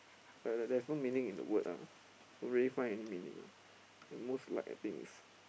like like there's no meaning in the word ah don't really find any meaning ah most like I think is